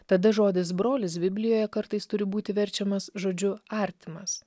tada žodis brolis biblijoje kartais turi būti verčiamas žodžiu artimas